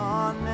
on